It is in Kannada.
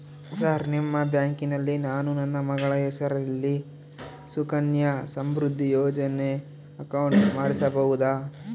ಸರ್ ನಿಮ್ಮ ಬ್ಯಾಂಕಿನಲ್ಲಿ ನಾನು ನನ್ನ ಮಗಳ ಹೆಸರಲ್ಲಿ ಸುಕನ್ಯಾ ಸಮೃದ್ಧಿ ಯೋಜನೆ ಅಕೌಂಟ್ ಮಾಡಿಸಬಹುದಾ?